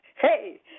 Hey